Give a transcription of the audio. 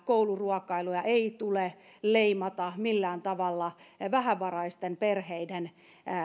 kouluruokailuja ei tule leimata millään tavalla vähävaraisten perheiden